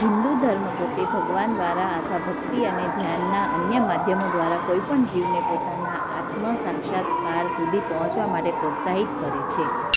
હિંદુ ધર્મ પોતે ભગવાન દ્વારા અથવા ભક્તિ અને ધ્યાનનાં અન્ય માધ્યમો દ્વારા કોઈપણ જીવને પોતાના આત્મ સાક્ષાત્કાર સુધી પહોંચવા માટે પ્રોત્સાહિત કરે છે